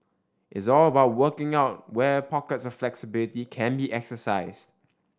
it's all about working out where pockets of flexibility can be exercised